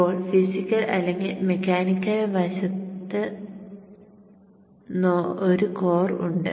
ഇപ്പോൾ ഫിസിക്കൽ അല്ലെങ്കിൽ മെക്കാനിക്കൽ വശത്ത് ഒരു കോർ ഉണ്ട്